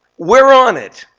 we're on it.